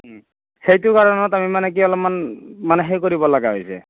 সেইটো কাৰণত আমি মানে কি অলপমান মানে হেৰি কৰিব লগা হৈ যায়